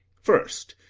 first,